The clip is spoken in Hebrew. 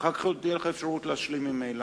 ואחר כך עוד תהיה לך אפשרות להשלים ממילא.